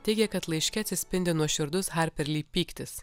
teigia kad laiške atsispindi nuoširdus harper ly pyktis